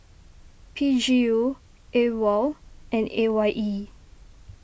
P G U Awol and A Y E